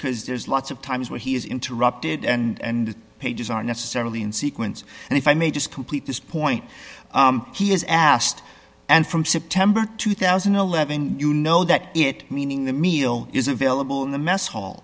messy cause there's lots of times where he is interrupted and pages are necessarily in sequence and if i may just complete this point he has asked and from september two thousand and eleven you know that it meaning the meal is available in the mess hall